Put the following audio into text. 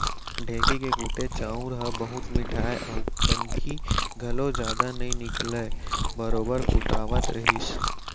ढेंकी के कुटे चाँउर ह बहुत मिठाय अउ कनकी घलौ जदा नइ निकलय बरोबर कुटावत रहिस